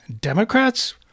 Democrats